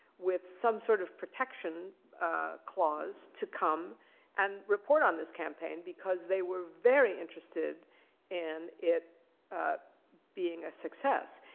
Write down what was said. with some sort of protection clause, to come and report on this campaign, because they were very interested in it being a success.